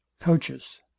coaches